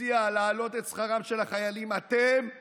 הציע להעלות את שכרם של חיילים, אתם התנגדתם.